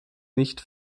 nicht